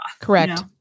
Correct